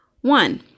One